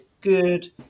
good